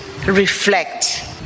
reflect